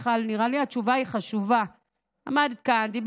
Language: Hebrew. מיכל, נראה לי שהתשובה היא חשובה.